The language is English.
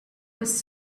was